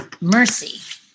mercy